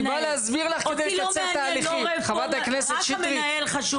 אותי לא מעניינת רפורמה; רק המנהל חשוב לי.